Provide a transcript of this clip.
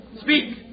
Speak